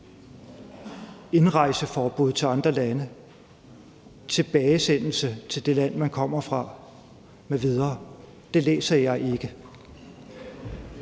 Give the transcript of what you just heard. indrejseforbud til andre lande, tilbagesendelse til det land, man kommer fra m.v. Det læser jeg ikke.